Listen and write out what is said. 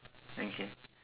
okay